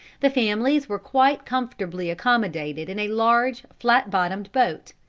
the families were quite comfortably accommodated in a large flat-bottomed boat.